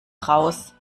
raus